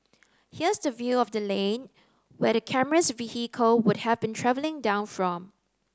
here's the view of the lane where the camera's vehicle would have been travelling down from